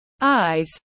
eyes